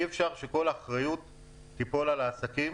אי אפשר שכל האחריות תיפול על העסקים